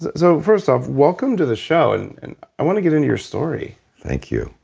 so first off, welcome to the show. and i want to get into your story thank you.